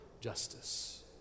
justice